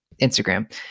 Instagram